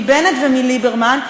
מבנט ומליברמן,